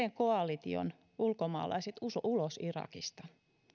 ja sen koalition ulkomaalaiset ulos irakista